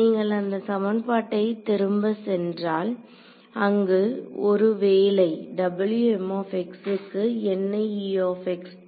நீங்கள் அந்த சமன்பாட்டை திரும்ப சென்றால் அங்கு ஒரு வேளை க்கு